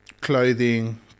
clothing